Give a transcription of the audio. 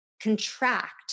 contract